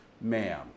ma'am